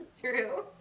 true